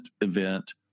event